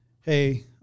Hey